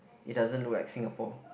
it doesn't look like Singapore